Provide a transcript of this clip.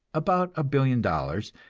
about a billion dollars,